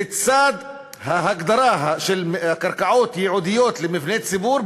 שלצד ההגדרה של קרקעות ייעודיות למבני ציבור,